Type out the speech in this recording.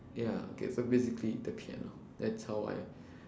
ya okay so basically the piano that's how I